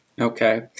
Okay